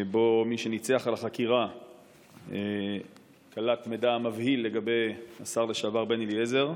ובה מי שניצח על החקירה קלט מידע מבהיל לגבי השר בן אליעזר.